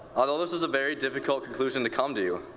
although this is a very difficult conclusion to come to,